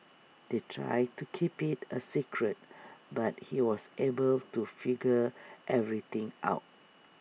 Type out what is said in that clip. they tried to keep IT A secret but he was able to figure everything out